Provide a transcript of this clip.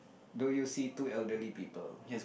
do you see two elderly people